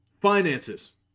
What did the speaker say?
finances